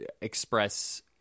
express